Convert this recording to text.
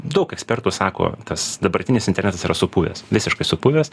daug ekspertų sako tas dabartinis internetas yra supuvęs visiškai supuvęs